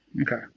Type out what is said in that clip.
Okay